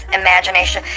imagination